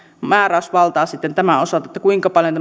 määräysvaltaa sitten tämän osalta kuinka paljon